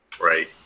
Right